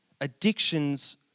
Addictions